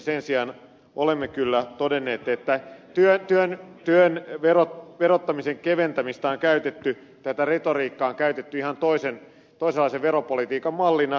sen sijaan olemme kyllä todenneet että työn verottamisen keventämistä tätä retoriikkaa on käytetty ihan toisenlaisen veropolitiikan mallina